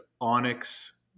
Onyx